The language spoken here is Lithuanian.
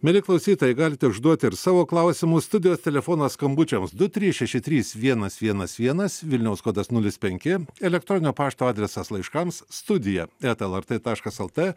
mieli klausytojai galite užduoti ir savo klausimus studijos telefonas skambučiams du trys šeši trys vienas vienas vienas vilniaus kodas nulis penki elektroninio pašto adresas laiškams studija eta lrt taškas lt